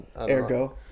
Ergo